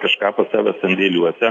kažką pas save sandėliuose